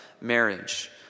marriage